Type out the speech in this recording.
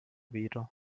wieder